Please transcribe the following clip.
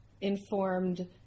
informed